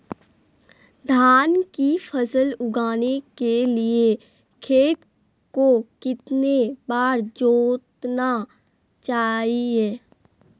धान की फसल उगाने के लिए खेत को कितने बार जोतना चाइए?